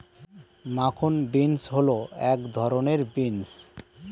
মাখন বিন্স হল এক ধরনের বিন্স